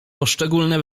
poszczególne